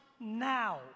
now